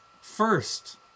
First